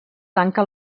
tanca